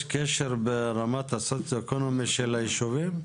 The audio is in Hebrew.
קשר ברמת הסוציואקונומי של הישובים?